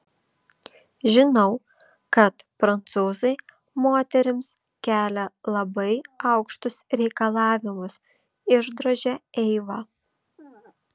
žinau kad prancūzai moterims kelia labai aukštus reikalavimus išdrožė eiva